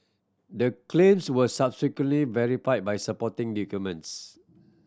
the claims were subsequently verified by supporting documents